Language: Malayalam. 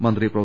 മന്ത്രി പ്രൊഫ